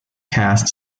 caste